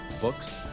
books